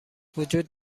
وجود